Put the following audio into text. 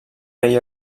rei